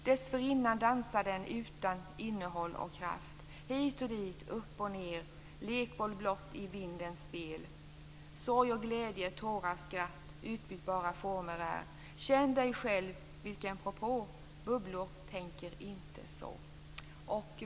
Dessförinnan dansar den utan innehåll och kraft hit och dit och upp och ner: lekboll blott i vindens spel. Sorg och glädje, tårar, skratt utbytbara former är. Känn dig själv? Vilken propå! Bubblor tänker inte så.